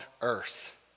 earth